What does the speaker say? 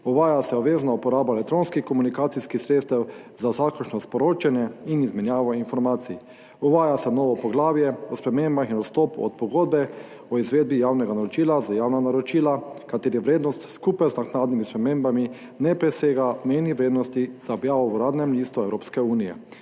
uvaja se obvezna uporaba elektronskih komunikacijskih sredstev za vsakršno sporočanje in izmenjavo informacij, uvaja se novo poglavje o spremembah in odstop od pogodbe o izvedbi javnega naročila za javna naročila, katerih vrednost skupaj z naknadnimi spremembami ne presega mejnih vrednosti za objavo v Uradnem listu Evropske unije.